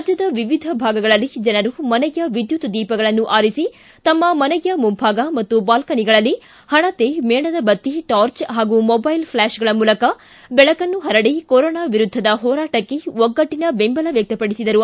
ರಾಜ್ಯದ ವಿವಿಧ ಭಾಗಗಳಲ್ಲಿ ಜನರು ಮನೆಯ ವಿದ್ಯುತ್ ದೀಪಗಳನ್ನು ಆರಿಸಿ ತಮ್ಮ ಮನೆಯ ಮುಂಭಾಗ ಮತ್ತು ಬಾಲ್ನಿಗಳಲ್ಲಿ ಪಣತೆ ಮೇಣದ ಬತ್ತಿ ಟಾರ್ಜ್ ಹಾಗೂ ಮೊಬೈಲ್ ಫ್ಲಾಶ್ಗಳ ಮೂಲಕ ಬೆಳಕನ್ನು ಹರಡಿ ಕೊರೊನಾ ವಿರುದ್ಧದ ಹೋರಾಟಕ್ಕೆ ಒಗ್ಗಟ್ಟಿನ ಬೆಂಬಲ ವ್ಯಕ್ತಪಡಿಸಿದರು